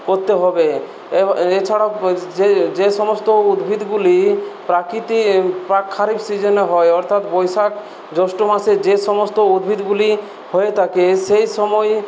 করতে হবে এছাড়াও যে যে সমস্ত উদ্ভিদগুলি প্রকৃতি প্রাক খারিফ সিজনে হয় অর্থাৎ বৈশাখ জ্যৈষ্ঠ মাসে যে সমস্ত উদ্ভিদগুলি হয়ে থাকে সেই সময়ে